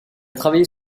travaillé